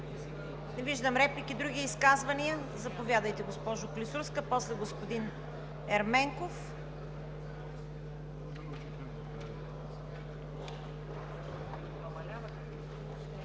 Не виждам. Други изказвания? Заповядайте, госпожо Клисурска, а после е господин Ерменков.